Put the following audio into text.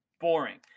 boring